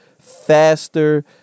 faster